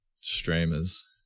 streamers